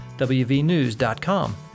wvnews.com